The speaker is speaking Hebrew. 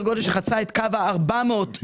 למחיר שחצה את קו ה-400 דולר לטון.